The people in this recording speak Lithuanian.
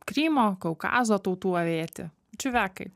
krymo kaukazo tautų avėti čiuvekai